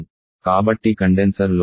కాబట్టి కండెన్సర్ లోపల దాదాపు 0